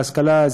השכלה,